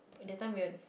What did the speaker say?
in that time we'll